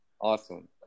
Awesome